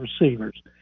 receivers